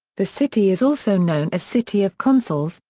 the city is also known as city of consuls,